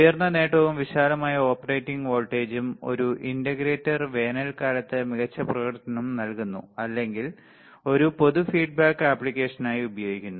ഉയർന്ന നേട്ടവും വിശാലമായ ഓപ്പറേറ്റിംഗ് വോൾട്ടേജും ഒരു ഇന്റഗ്രേറ്റർ വേനൽക്കാലത്ത് മികച്ച പ്രകടനം നൽകുന്നു അല്ലെങ്കിൽ ഒരു പൊതു ഫീഡ്ബാക്ക് അപ്ലിക്കേഷനായി ഉപയോഗിക്കുന്നു